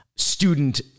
student